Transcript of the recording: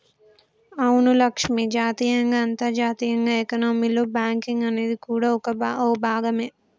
అవును లక్ష్మి జాతీయంగా అంతర్జాతీయంగా ఎకానమీలో బేంకింగ్ అనేది కూడా ఓ భాగమే